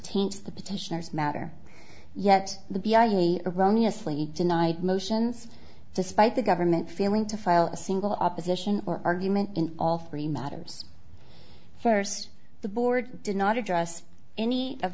teach the petitioners matter yet the be i wrong asleep denied motions despite the government failing to file a single opposition or argument in all three matters first the board did not address any of